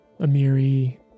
Amiri